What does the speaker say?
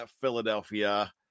Philadelphia